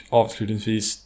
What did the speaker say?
avslutningsvis